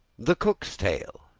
the clerk's tale,